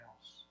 else